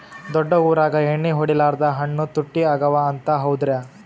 ದೊಡ್ಡ ಊರಾಗ ಎಣ್ಣಿ ಹೊಡಿಲಾರ್ದ ಹಣ್ಣು ತುಟ್ಟಿ ಅಗವ ಅಂತ, ಹೌದ್ರ್ಯಾ?